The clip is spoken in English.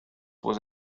was